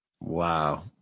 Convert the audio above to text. Wow